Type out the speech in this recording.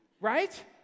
Right